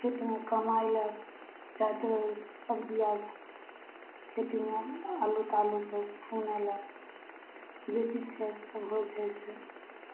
खेतमे कमाइ लऽ जादातर सब्जी आर खेतीमे आलू तालूके खुनैलक जे चीजके सभ होइ छै से